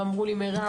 ואמרו לי: מירב,